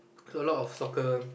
so a lot of soccer